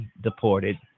deported